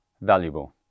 valuable